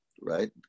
right